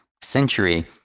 century